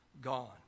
gone